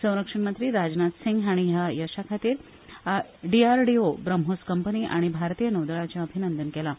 संरक्षण मंत्री राजनाथ सींग हांणी ह्या येसाखातीर डीआरडीओ ब्रॅह्मोस कंपनी आनी भारतीय नौदळाचें अभिनंदन केलां